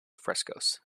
frescoes